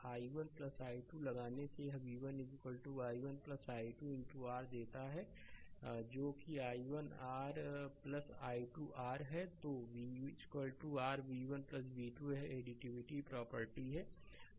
I1 i2 लगाने से यह v i1 i2 R देता है जो कि i1 r i2 R है तो v r v1 v2 यह एडिटिविटी प्रॉपर्टी है